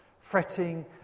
fretting